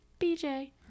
BJ